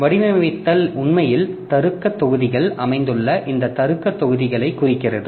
எனவே வடிவமைத்தல் உண்மையில் தருக்க தொகுதிகள் அமைந்துள்ள இந்த தருக்க தொகுதிகளை குறிக்கிறது